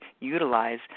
utilize